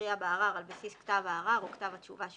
יכריע בערר על בסיס כתב הערר או כתב התשובה שהוגש,